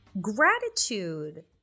Gratitude